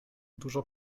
dużo